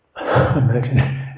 Imagine